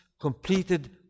completed